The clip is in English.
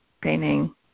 painting